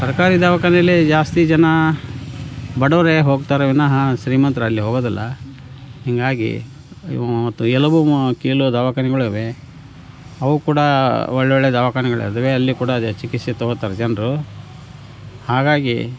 ಸರಕಾರಿ ದವಾಖಾನೆಯಲ್ಲೇ ಜಾಸ್ತಿ ಜನ ಬಡವರೇ ಹೋಗ್ತಾರೆ ವಿನಃ ಶ್ರೀಮಂತರಲ್ಲಿ ಹೋಗೋದಿಲ್ಲ ಹೀಗಾಗಿ ಎಲುಬು ಕೀಲು ದವಾಖಾನೆಗಳಿವೆ ಅವು ಕೂಡ ಒಳ್ಳೊಳ್ಳೆಯ ದವಾಖಾನೆಗಳು ಅದಾವೆ ಅಲ್ಲಿ ಕೂಡ ಅದೇ ಚಿಕಿತ್ಸೆ ತಗೋತಾರೆ ಜನರು ಹಾಗಾಗಿ